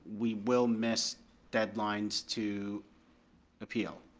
we will miss deadlines to appeal.